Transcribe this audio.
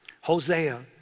Hosea